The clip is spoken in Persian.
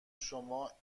شما